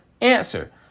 answer